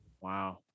Wow